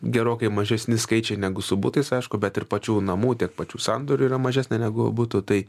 gerokai mažesni skaičiai negu su butais aišku bet ir pačių namų tiek pačių sandorių yra mažesnė negu butų tai